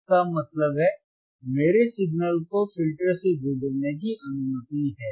इसका मतलब है मेरे सिग्नल को फ़िल्टर से गुजरने की अनुमति है